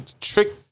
trick